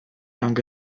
anche